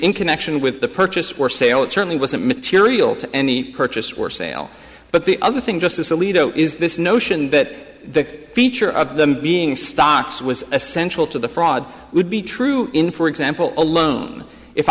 in connection with the purchase or sale it certainly wasn't material to any purchase or sale but the other thing justice alito is this notion that feature of them being stocks was essential to the fraud would be true in for example a loan if